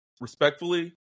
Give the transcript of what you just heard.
respectfully